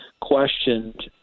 questioned